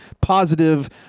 positive